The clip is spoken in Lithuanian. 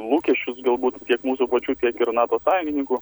lūkesčius galbūt tiek mūsų pačių tiek ir nato sąjungininkų